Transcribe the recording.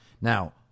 Now